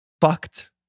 fucked